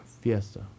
fiesta